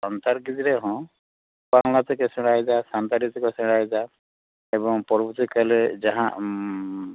ᱥᱟᱱᱛᱟᱲ ᱜᱤᱫᱽᱨᱟᱹ ᱦᱚᱸ ᱵᱟᱝᱞᱟ ᱛᱮᱠᱚ ᱥᱮᱬᱟᱭᱮᱫᱟ ᱥᱟᱱᱛᱟᱲᱤ ᱛᱮᱠᱚ ᱥᱮᱬᱟᱭᱮᱫᱟ ᱮᱵᱚᱝ ᱯᱚᱨᱚᱵᱚᱨᱛᱤ ᱠᱟᱞᱮ ᱡᱟᱦᱟᱸ